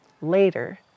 later